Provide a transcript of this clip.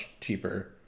cheaper